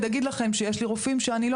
אני אגיד לכם שיש לי גם רופאים שאני לא